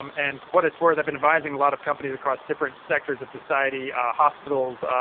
um and for what it's worth, i've been advising a lot of companies across different sectors of society hospitals,